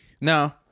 No